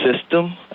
system